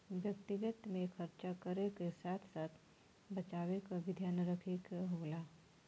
व्यक्तिगत में खरचा करे क साथ साथ बचावे क भी ध्यान रखे क होला